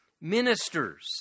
ministers